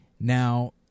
Now